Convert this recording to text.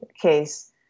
case